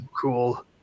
cool